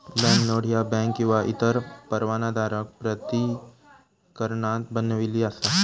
banknote ह्या bank किंवा इतर परवानाधारक प्राधिकरणान बनविली असा